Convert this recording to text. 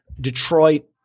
detroit